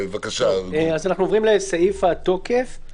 אנחנו עוברים לסעיף התוקף,